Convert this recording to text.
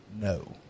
No